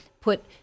put